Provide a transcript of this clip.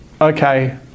okay